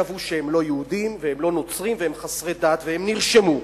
וקבעו שהם לא יהודים והם לא נוצרים והם חסרי דת והם נרשמו,